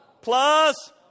Plus